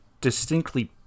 distinctly